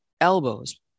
elbows